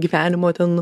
gyvenimo ten